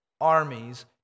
Armies